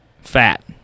fat